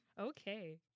Okay